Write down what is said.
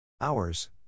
Hours